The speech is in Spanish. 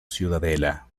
ciudadela